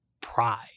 pride